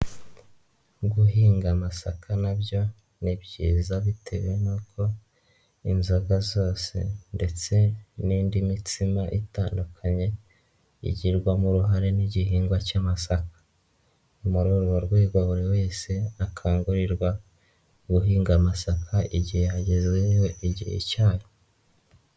Guhinga amasaka nabyo ni byiza bitewe n'uko inzoga zose ndetse n'indi mitsima itandukanye igirwamo uruhare n'igihingwa cy'amasaka. Muri urwo rwego buri wese akangurirwa guhinga amasaka igihe hagezweyo igihe cyayo.